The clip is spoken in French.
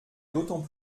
d’autant